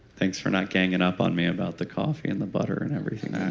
thanks for not ganging up on me about the coffee and the butter and everything